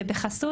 ובחסות,